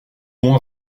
bon